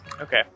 Okay